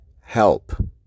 help